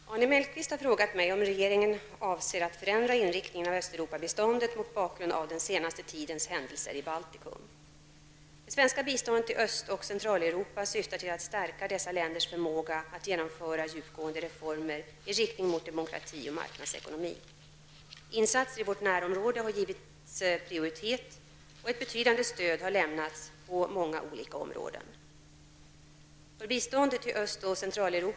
Fru talman! Arne Mellqvist har frågat mig om regeringen avser att förändra inriktningen av Det svenska biståndet till Öst och Centraleuropa syftar till att stärka dessa länders förmåga att genomföra djupgående reformer i riktning mot demokrati och marknadsekonomi. Insatser i vårt närområde har givits prioritet, och ett betydande stöd har lämnats på många olika områden.